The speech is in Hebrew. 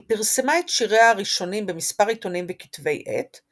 היא פרסמה את שיריה הראשונים במספר עיתונים וכתבי עת,